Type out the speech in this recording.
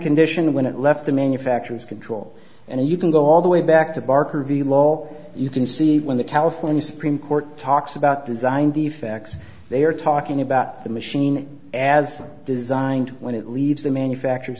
condition when it left the manufacturer's control and you can go all the way back to barker v lol you can see when the california supreme court talks about design the facts they are talking about the machine as designed when it leaves the manufacturers